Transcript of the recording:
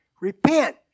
Repent